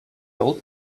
old